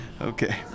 Okay